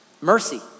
mercy